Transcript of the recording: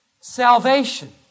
salvation